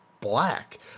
black